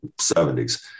70s